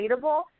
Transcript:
relatable